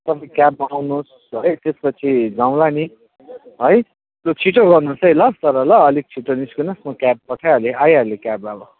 तपाईँ क्याबमा आउनुहोस् है त्यसपछि जाउँला नि है लु छिटो गर्नुहोस् है ल तर ल अलिक छिटो निस्किनुहोस् म क्याब पठाइहाले आइहाल्यो क्याब अब